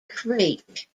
creek